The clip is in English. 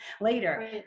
later